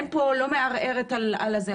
אני לא מערערת על זה.